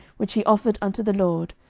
which he offered unto the lord,